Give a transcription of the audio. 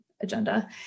agenda